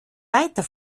weiter